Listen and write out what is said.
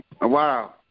Wow